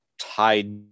tied